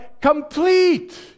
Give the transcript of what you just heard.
complete